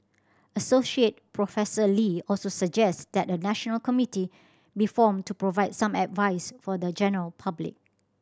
Associate Professor Lee also suggest that a national committee be formed to provide some advice for the general public